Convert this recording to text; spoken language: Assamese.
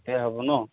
তেতিয়া হ'ব ন